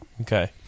okay